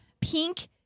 pink